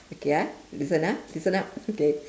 okay ah listen ah listen up okay